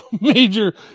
major